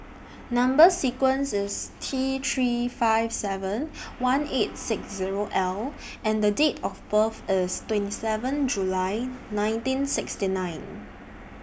Number sequence IS T three five seven one eight six Zero L and The Date of birth IS twenty seven July nineteen sixty nine